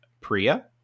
priya